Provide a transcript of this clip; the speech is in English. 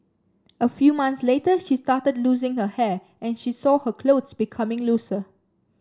a few months later she started losing her hair and she saw her clothes becoming looser